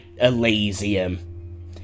Elysium